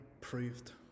proved